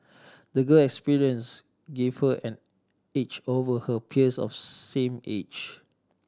the girl's experiences gave her an edge over her peers of same age